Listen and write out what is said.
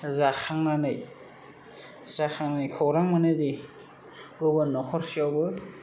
जाखांनानै जाखांनाय खौरां मोनोदि गुबुन नखरसेयावबो